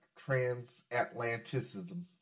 Transatlanticism